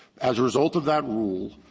as a result of that rule,